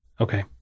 Okay